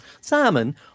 Simon